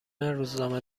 روزنامه